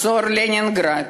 מצור לנינגרד